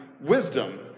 wisdom